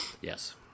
Yes